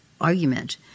argument